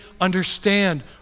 understand